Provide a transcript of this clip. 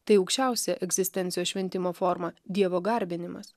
tai aukščiausia egzistencijos šventimo forma dievo garbinimas